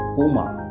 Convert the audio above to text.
puma